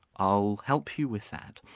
i'll help you with that.